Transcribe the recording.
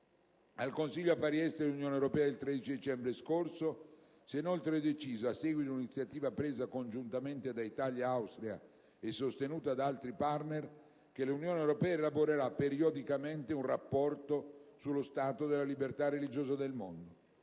Al Consiglio affari esteri dell'Unione europea del 13 dicembre scorso si è inoltre deciso, a seguito di un'iniziativa presa congiuntamente da Italia e Austria e sostenuta da altri partner, che l'Unione europea elaborerà periodicamente un rapporto sullo stato della libertà religiosa nel mondo.